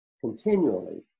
continually